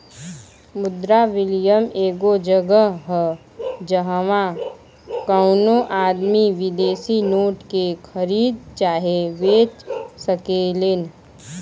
मुद्रा विनियम एगो जगह ह जाहवा कवनो आदमी विदेशी नोट के खरीद चाहे बेच सकेलेन